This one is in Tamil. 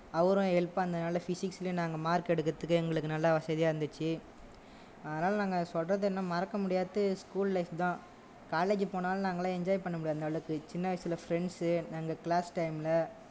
அவரும் ஹெல்ப் பண்ணதுனால் ஃபிசிக்ஸ்லியும் நாங்கள் மார்க் எடுக்கிறத்துக்கு எங்களுக்கு நல்லா வசதியாக இருந்துச்சு அதனால் நாங்கள் சொல்கிறது என்ன மறக்க முடியாதது ஸ்கூல் லைஃப் தான் காலேஜ் போனாலும் நாங்கெல்லாம் என்ஜாய் பண்ண முடியாது அந்த அளவுக்கு சின்ன வயதில் ஃப்ரெண்ட்ஸு நாங்கள் க்ளாஸ் டைம்மில்